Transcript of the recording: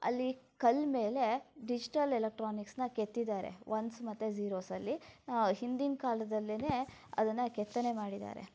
ಅಲ್ಲಿ ಕಲ್ಮೇಲೆ ಡಿಜ್ಟಲ್ ಎಲೆಕ್ಟ್ರಾನಿಕ್ಸನ್ನು ಕೆತ್ತಿದ್ದಾರೆ ಒನ್ಸ್ ಮತ್ತು ಝಿರೋಸಲ್ಲಿ ಹಿಂದಿನ ಕಾಲದಲ್ಲೇ ಅದನ್ನು ಕೆತ್ತನೆ ಮಾಡಿದ್ದಾರೆ